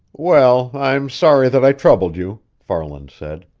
well, i'm sorry that i troubled you, farland said.